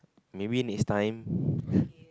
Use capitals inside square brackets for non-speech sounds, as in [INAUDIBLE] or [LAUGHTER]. maybe next time [BREATH]